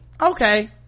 okay